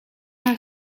haar